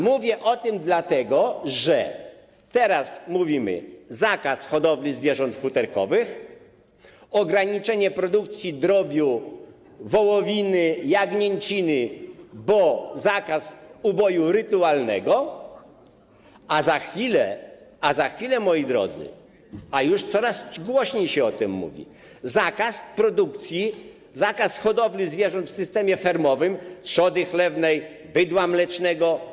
Mówię o tym, dlatego że teraz mówimy: zakaz hodowli zwierząt futerkowych, ograniczenie produkcji drobiu, wołowiny, jagnięciny, bo zakaz uboju rytualnego, a za chwilę, moi drodzy, a już coraz głośniej się o tym mówi, będzie zakaz produkcji, zakaz hodowli zwierząt w systemie fermowym, trzody chlewnej, bydła mlecznego.